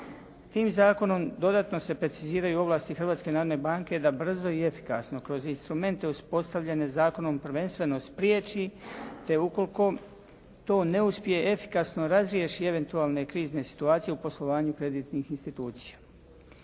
Tim zakonom dodatno se preciziraju ovlasti Hrvatske narodne banke da brzo i efikasno kroz instrumente uspostavljene zakonom prvenstveno spriječi, te ukoliko to ne uspije efikasno razriješi eventualno krizne situacije u poslovanju kreditnih institucija.